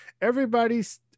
everybody's